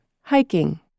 Hiking